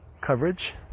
coverage